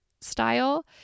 style